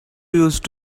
used